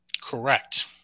Correct